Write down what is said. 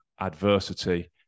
adversity